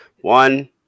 One